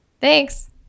Thanks